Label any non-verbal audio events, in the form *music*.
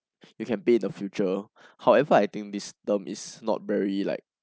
you can pay the future *breath* however I think this term is not very like